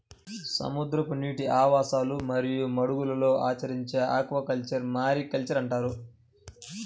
సముద్రపు నీటి ఆవాసాలు మరియు మడుగులలో ఆచరించే ఆక్వాకల్చర్ను మారికల్చర్ అంటారు